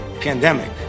pandemic